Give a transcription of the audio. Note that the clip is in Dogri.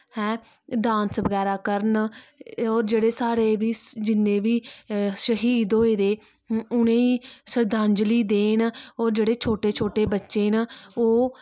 हैं डांस बगैरा करन और जेहडे साढ़े बी जिन्ने बी श्हीद होए दे उनेंगी श्रद्धांजलि देन और जेहडे़ छोटे छोटे बच्चे ना ओह्